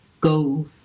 go